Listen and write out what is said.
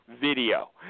video